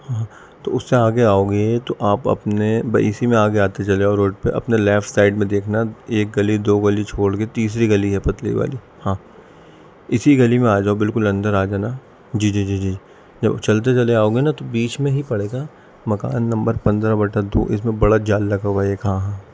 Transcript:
ہاں تو اس سے آگے آؤ گے تو آپ اپنے اسی میں آگے آتے چلے جاؤ روڈ پہ اپنے لیفٹ سائڈ میں دیکھنا ایک گلی دو گلی چھوڑ کے تیسری گلی ہے پتلی والی ہاں اسی گلی میں آ جاؤ بالکل اندر آ جانا جی جی جی جی جب چلتے چلے آؤ گے نا تو بیچ میں ہی پڑے گا مکان نمبر پندرہ بٹا دو اس میں بڑا جال لگا ہوا ہے ایک ہاں ہاں